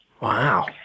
Wow